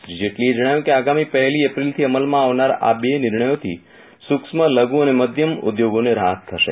શ્રી જેટલીએ જજ્ઞાવ્યું કે આગામી પહેલી એપ્રિલથી અમલમાં આવનાર આ બે નિર્ણયોથી સુક્ષ્મ લધુ અને મધ્યમ ઉદ્યોગોને રાહત થશે